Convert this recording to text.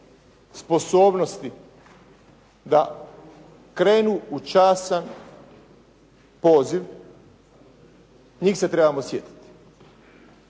sposobnosti da krenu u časan poziv, njih se trebamo sjetiti.